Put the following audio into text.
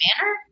manner